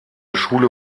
schule